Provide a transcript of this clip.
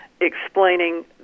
explaining